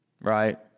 right